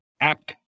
act